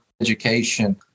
education